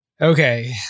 Okay